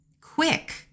quick